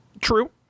true